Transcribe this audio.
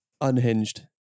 Unhinged